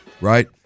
right